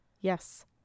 Yes